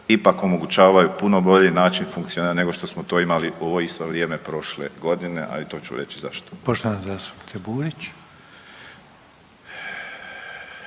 ipak omogućavaju puno bolji način funkcioniranja nego što smo to imali u ovo isto vrijeme prošle godine, ali i to ću reći zašto. **Reiner,